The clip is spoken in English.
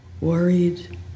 worried